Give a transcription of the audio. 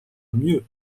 mieux